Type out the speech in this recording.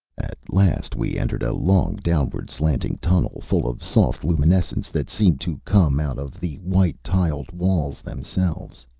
at last we entered a long, downward-slanting tunnel, full of soft luminescence that seemed to come out of the white-tiled walls themselves.